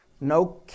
No